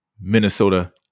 Minnesota